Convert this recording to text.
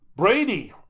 Brady